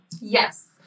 Yes